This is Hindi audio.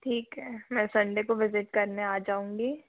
ठीक है मैं सन्डे को विज़िट करने आ जाऊँगी